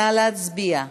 נא להצביע.